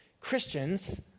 Christians